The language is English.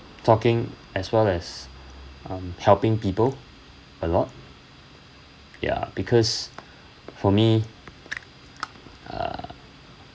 talking as well as um helping people a lot ya because for me uh